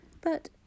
But—